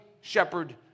shepherd